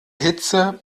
hitze